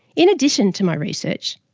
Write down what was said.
in addition to my research,